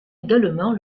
également